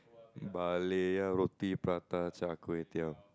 balik-a roti prata char-kueh-teow